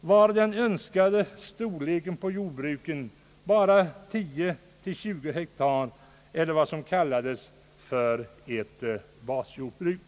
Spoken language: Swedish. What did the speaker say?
var den önskade storleken på jordbruken bara 10—20 hektar, eller vad som kallades för ett basjordbruk.